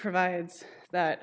provides that